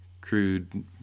Crude